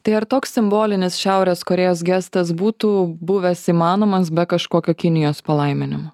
tai ar toks simbolinis šiaurės korėjos gestas būtų buvęs įmanomas be kažkokio kinijos palaiminimo